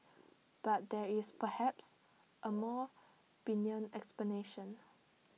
but there is perhaps A more benign explanation